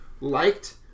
liked